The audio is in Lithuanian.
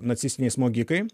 nacistiniai smogikai